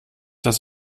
das